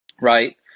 right